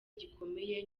gikomeye